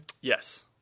Yes